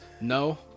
No